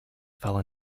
fell